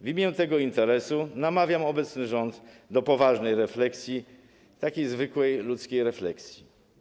W imieniu tego interesu namawiam obecny rząd do poważnej refleksji, takiej zwykłej, ludzkiej refleksji.